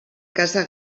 casa